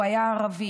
הוא היה ערבי.